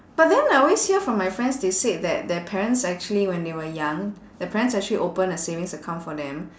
but then I always hear from my friends they said that their parents actually when they were young their parents actually open a savings account for them